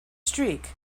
streak